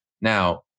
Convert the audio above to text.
Now